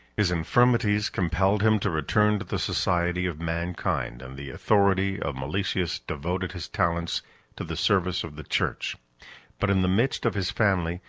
his infirmities compelled him to return to the society of mankind and the authority of meletius devoted his talents to the service of the church but in the midst of his family,